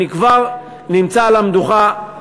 אני כבר נמצא על המדוכה,